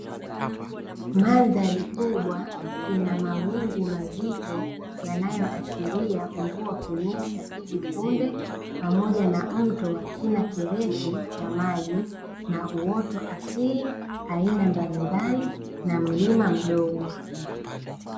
Mandhari kubwa ina mawingu mazito yanayoashiria mvua kunyesha hivi punde, pamoja na mto wa kina kirefu cha maji na uoto asili aina mbalimbali, na mlima mdogo.